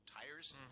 tires